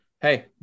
Hey